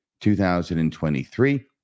2023